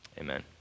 Amen